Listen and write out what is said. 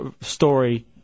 story